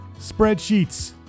Spreadsheets